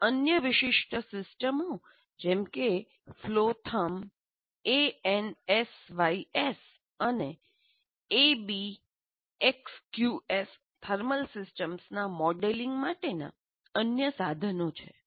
ત્યાં અન્ય વિશિષ્ટ સિસ્ટમો છે જેમ કે ફ્લો થર્મ એએનએસવાયએસ અને એબીએકયુએસ થર્મલ સિસ્ટમ્સના મોડેલિંગ માટેના અન્ય સાધનો છે